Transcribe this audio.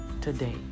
today